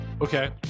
Okay